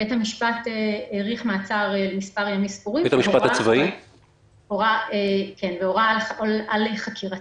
בית המשפט הצבאי האריך את המעצר בימים ספורים והורה על חקירתם.